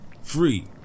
Free